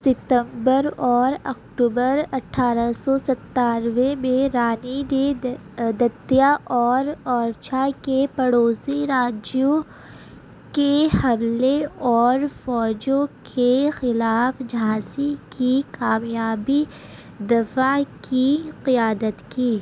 ستمبر اور اکتوبر اٹھارہ سو ستانوے میں رانی نے دتیا اور اورچھا کے پڑوسی راجیوں کے حملے اور فوجوں کے خلاف جھانسی کی کامیابی دفاع کی قیادت کی